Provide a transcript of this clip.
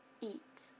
Eat